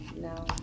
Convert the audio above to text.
No